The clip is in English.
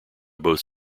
both